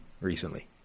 recently